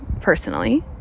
personally